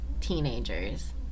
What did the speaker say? teenagers